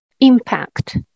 impact